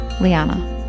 Liana